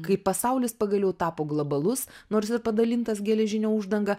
kai pasaulis pagaliau tapo glabalus nors ir padalintas geležine uždanga